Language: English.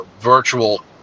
virtual